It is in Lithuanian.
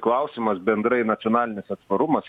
klausimas bendrai nacionalinis atsparumas